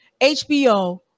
HBO